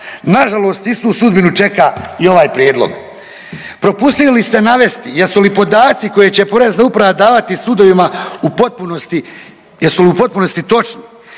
Nažalost istu sudbinu čeka i ovaj prijedlog. Propustili ste navesti jesu li podaci koje će Porezna uprava davati sudovima u potpunosti,